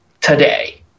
today